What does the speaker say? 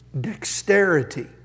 dexterity